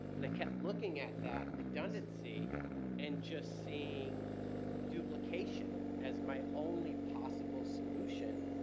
and i kept looking at that redundancy and just seeing duplication as my only possible solution.